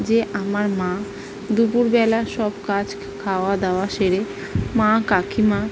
যে আমার মা দুপুরবেলা সব কাজ খাওয়া দাওয়া সেরে মা কাকিমা